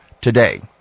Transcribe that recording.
today